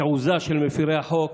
התעוזה של מפירי החוק,